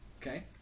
Okay